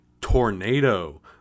tornado